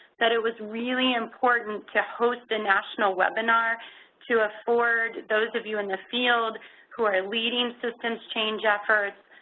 that it was really important to host a national webinar to afford those of you in the field who are leading systems change efforts,